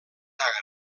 agre